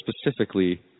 specifically